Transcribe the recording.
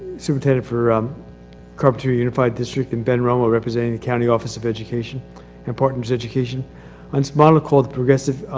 superintendent for um carp two unified district, and ben row ah representing the county office of education and partners education. this and model called progressive